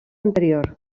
anterior